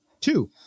Two